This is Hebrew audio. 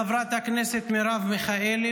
חברת הכנסת מרב מיכאלי,